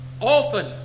Often